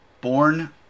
born